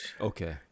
Okay